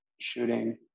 shooting